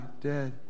dead